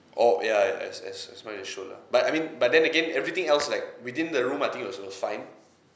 oh ya ya as as as much as shown lah but I mean but then again everything else like within the room I think it was fine